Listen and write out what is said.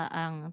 ang